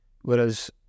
whereas